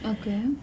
okay